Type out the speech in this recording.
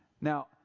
Now